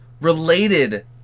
related